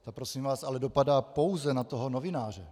To prosím vás ale dopadá pouze na toho novináře.